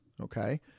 Okay